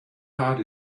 heart